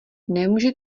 nemůže